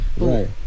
Right